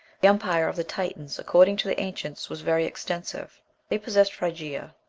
the empire of the titans, according to the ancients, was very extensive they possessed phrygia,